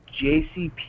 JCP